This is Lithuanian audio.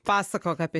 pasakok apie